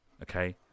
Okay